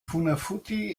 funafuti